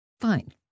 Fine